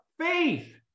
faith